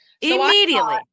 immediately